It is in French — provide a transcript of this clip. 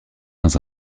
dans